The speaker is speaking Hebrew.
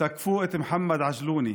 תקפו את מוחמד אל-עג'לוני,